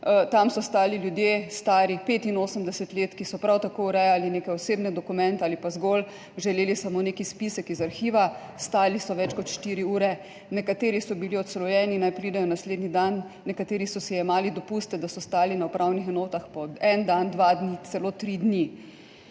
Tam so stali ljudje stari 85 let, ki so prav tako urejali neke osebne dokumente ali pa zgolj želeli samo nek izpisek iz arhiva, stali so več kot 4 ure. Nekateri so bili odslovljeni, naj pridejo naslednji dan, nekateri so si jemali dopuste, da so stali na upravnih enotah po en dan, dva dni, celo tri dni.